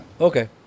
Okay